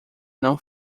não